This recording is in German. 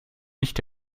nicht